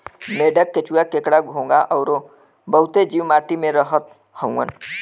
मेंढक, केंचुआ, केकड़ा, घोंघा अउरी बहुते जीव माटी में रहत हउवन